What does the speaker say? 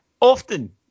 often